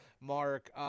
Mark